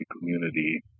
community